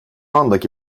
andaki